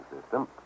system